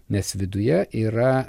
nes viduje yra